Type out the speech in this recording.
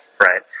right